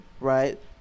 right